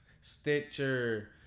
Stitcher